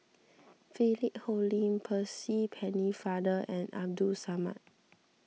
Philip Hoalim Percy Pennefather and Abdul Samad